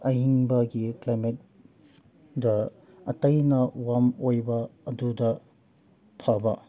ꯑꯌꯤꯡꯕꯒꯤ ꯀ꯭ꯂꯥꯏꯃꯦꯠꯇ ꯑꯇꯩꯅ ꯋꯥꯔꯝ ꯑꯣꯏꯕ ꯑꯗꯨꯗ ꯐꯕ